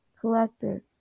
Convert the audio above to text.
collector